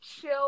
chill